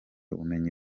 ubumenyi